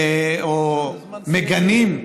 מגנים,